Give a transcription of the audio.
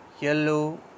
yellow